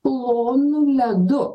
plonu ledu